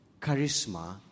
Charisma